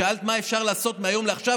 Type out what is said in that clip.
שאלת מה אפשר לעשות מהיום לעכשיו,